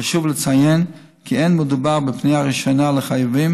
חשוב לציין כי לא מדובר בפנייה ראשונה לחייבים